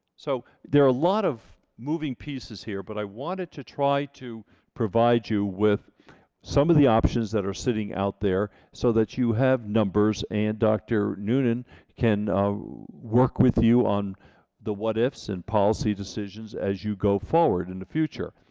so there are a lot of moving pieces here, but i wanted to try to provide you with some of the options that are sitting out there, so that you have numbers and dr. noonan can work with you on the what-ifs and policy decisions as you go forward in the future.